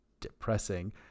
depressing